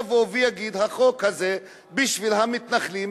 יבוא ויגיד: החוק הזה בשביל המתנחלים,